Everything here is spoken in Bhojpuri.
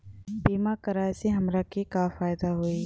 बीमा कराए से हमरा के का फायदा होई?